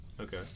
Okay